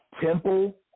temple